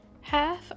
half